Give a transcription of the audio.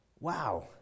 Wow